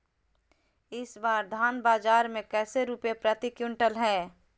इस बार धान बाजार मे कैसे रुपए प्रति क्विंटल है?